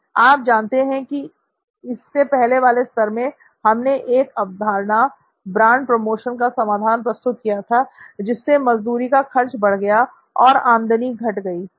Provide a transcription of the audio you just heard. आप जानते हैं कि इससे पहले वाले स्तर में हमने एक अवधारणा ब्रांड प्रोमोशन का समाधान प्रस्तुत किया था जिससे मजदूरी का खर्च बढ़ गया और आमदनी घट गई थी